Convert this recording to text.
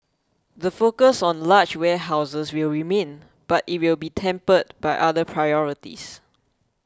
the focus on large warehouses will remain but it will be tempered by other priorities